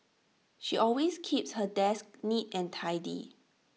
she always keeps her desk neat and tidy